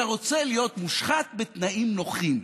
אתה רוצה להיות מושחת בתנאים נוחים.